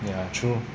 ya true